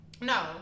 No